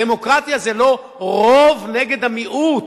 הדמוקרטיה היא לא רוב נגד המיעוט.